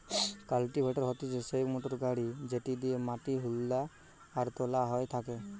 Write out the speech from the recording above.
cultivator হতিছে সেই motor গাড়ি যেটি দিয়া মাটি হুদা আর তোলা হয় থাকে